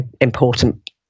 important